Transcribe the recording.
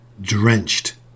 drenched